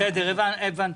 בסדר הבנתי,